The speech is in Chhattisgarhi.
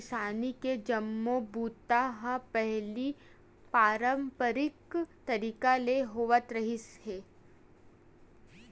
किसानी के जम्मो बूता ह पहिली पारंपरिक तरीका ले होत रिहिस हे